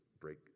break